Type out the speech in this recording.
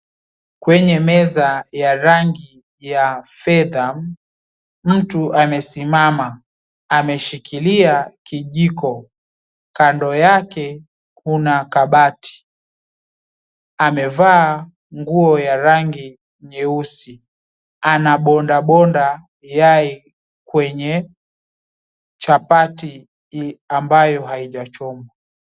Kwenye meza ya rangi ya fedha, mtu amesimama ameshikilia kijiko. Kando yake kuna kabati, amevaa nguo ya rangi nyeusi, anabondabonda yai kwenye chapati hii ambayo haijachomwa.